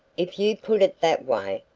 if you put it that way,